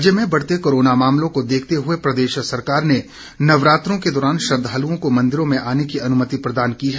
राज्य में बढ़ते कोरोना मामलों को देखते हुए प्रदेश सरकार ने नवरात्रों के दौरान श्रद्दालुओं को मंदिरों में आने की अनुमति प्रदान की है